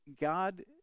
God